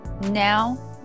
Now